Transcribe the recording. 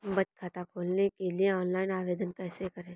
बचत खाता खोलने के लिए ऑनलाइन आवेदन कैसे करें?